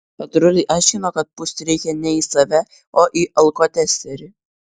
patruliai aiškino kad pūsti reikia ne į save o į alkotesterį